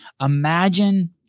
Imagine